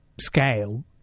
scale